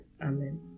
Amen